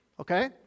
Okay